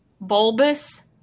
bulbous